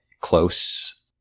close